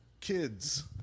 kids